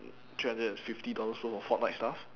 three hundred and fifty dollars' worth of fortnite stuff